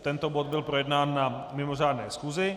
Tento bod byl projednán na mimořádné schůzi.